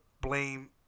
blame